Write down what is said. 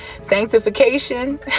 sanctification